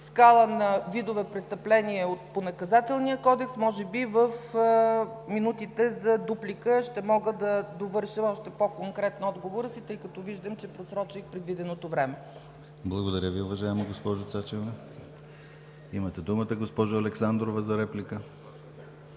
скала на видове престъпления по Наказателния кодекс. Може би в минутите за дуплика ще мога да довърша още по-конкретно отговора си, тъй като виждам, че просрочих предвиденото време. ПРЕДСЕДАТЕЛ ДИМИТЪР ГЛАВЧЕВ: Благодаря Ви, уважаема госпожо Цачева. Имате думата, госпожо Александрова, за реплика.